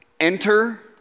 enter